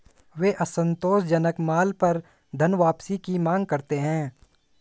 वे असंतोषजनक माल पर धनवापसी की मांग करते हैं